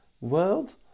world